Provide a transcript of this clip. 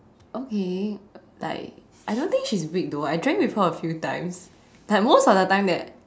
okay like I don't think she's weak though I drank with her a few times like most of the time that